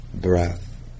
breath